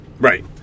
Right